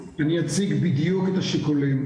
אני אציג בדיוק את השיקולים.